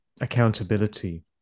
accountability